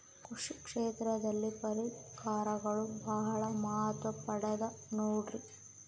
ಕೃಷಿ ಕ್ಷೇತ್ರದಲ್ಲಿ ಪರಿಕರಗಳು ಬಹಳ ಮಹತ್ವ ಪಡೆದ ನೋಡ್ರಿ?